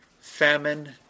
famine